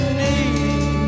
need